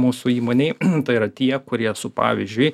mūsų įmonėj tai yra tie kurie su pavyzdžiui